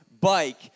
bike